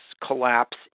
collapse